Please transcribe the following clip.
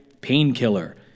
Painkiller